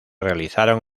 realizaron